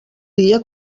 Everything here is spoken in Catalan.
dia